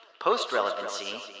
Post-relevancy